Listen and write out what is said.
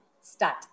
start